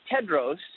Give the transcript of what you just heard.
Tedros